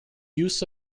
use